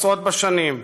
עשרות בשנים: